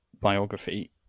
biography